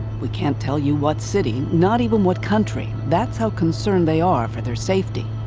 we can't tell you what city, not even what country. that's how concerned they are for their safety.